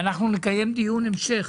ואנחנו נקיים דיון המשך